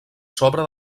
sobre